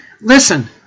Listen